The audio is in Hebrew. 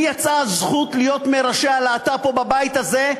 לי יצאה זכות להיות מראשי הלהט"ב פה בבית הזה,